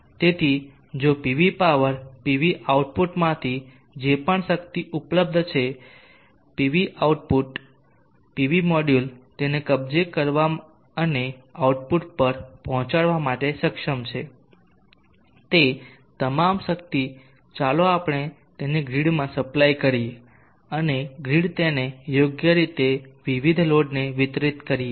તેથી જો PV power PV આઉટપુટમાંથી જે પણ શક્તિ ઉપલબ્ધ છે પીવી મોડ્યુલ તેને કબજે કરવા અને આઉટપુટ પર પહોંચાડવા માટે સક્ષમ છે તે તમામ શક્તિ ચાલો આપણે તેને ગ્રીડમાં સપ્લાય કરીએ અને ગ્રીડ તેને યોગ્ય રીતે વિવિધ લોડને વિતરિત કરીએ